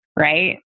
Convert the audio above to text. right